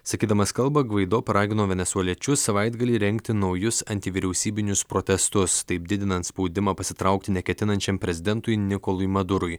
sakydamas kalbą gvaido paragino venesueliečius savaitgalį rengti naujus antivyriausybinius protestus taip didinant spaudimą pasitraukti neketinančiam prezidentui nikolui madurui